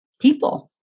people